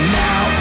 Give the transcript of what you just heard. now